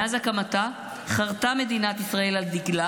מאז הקמתה חרתה מדינת ישראל על דגלה